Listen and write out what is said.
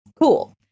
Cool